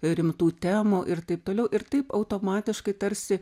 rimtų temų ir taip toliau ir taip automatiškai tarsi